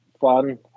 fun